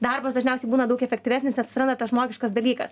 darbas dažniausiai būna daug efektyvesnis nes atsiranda tas žmogiškas dalykas